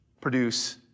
produce